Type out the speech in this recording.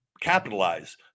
capitalize